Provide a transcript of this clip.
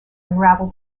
unravel